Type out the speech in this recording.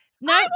No